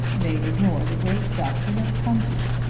they ignore the great doctrine of tanti.